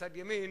לצד ימין,